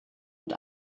mit